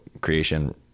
creation